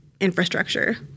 infrastructure